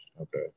okay